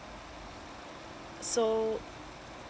so